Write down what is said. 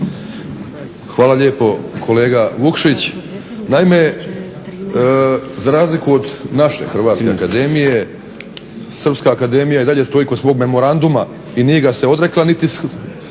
Hvala lijepo kolega Vukšić. Naime, za razliku od naše Hrvatske akademije Srpska akademija i dalje stoji kod svog memoranduma i nije ga se odrekla niti